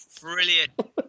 brilliant